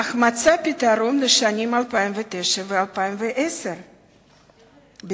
אך מצאה פתרון לשנים 2009 ו-2010 בלבד.